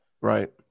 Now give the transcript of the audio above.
Right